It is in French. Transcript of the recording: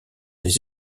les